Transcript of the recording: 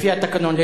לפי התקנון,